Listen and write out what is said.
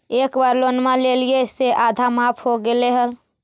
एक बार लोनवा लेलियै से आधा माफ हो गेले हल?